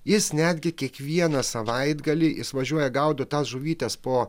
jis netgi kiekvieną savaitgalį jis važiuoja gaudo tas žuvytes po